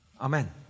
Amen